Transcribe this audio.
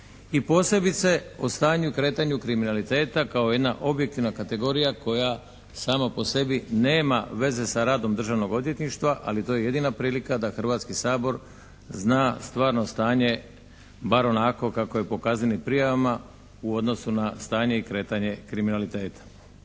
i posebice o stanju i kretanju kriminaliteta kao jedna objektivna kategorija koja sama po sebi nema veze sa radom državnog odvjetništva ali to je jedina prilika da Hrvatski sabor zna stvarno stanje bar onako kako je po kaznenim prijavama u odnosu na stanje i kretanje kriminaliteta.